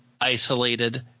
isolated